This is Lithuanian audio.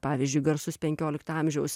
pavyzdžiui garsus penkiolikto amžiaus